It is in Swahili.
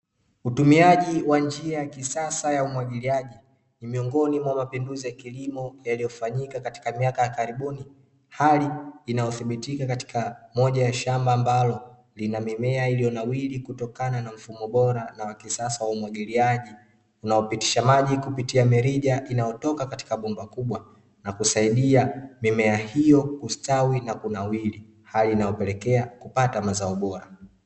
Utumiaji wa njia ya kisasa ya umwagiliaji ni miongoni mwa mapinduzi ya kilimo yaliyofanyika katika miakaya karibuni, hali inayothibitika katika moja ya shamba ambalo lina mimea iliyonawiri kutokana na mfumo bora na wa kisasa wa umwagiliaji unaopitisha maji kupitia mirija inayotoka katika bomba kubwa na kusaidia mimea hiyo kustawi na kunawiri hali inayopelekea kupata mazao bora.